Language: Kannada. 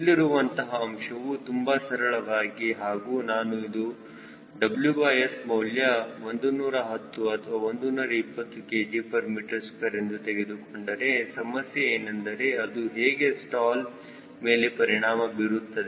ಇಲ್ಲಿರುವಂತಹ ಅಂಶವು ತುಂಬಾ ಸರಳವಾಗಿದೆ ಈಗ ನಾನು WS ಮೌಲ್ಯ 110 ಅಥವಾ 120kgm2 ಎಂದು ತೆಗೆದುಕೊಂಡರೆ ಸಮಸ್ಯೆ ಏನೆಂದರೆ ಅದು ಹೇಗೆ ಸ್ಟಾಲ್ ಮೇಲೆ ಪರಿಣಾಮ ಬೀರುತ್ತದೆ